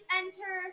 enter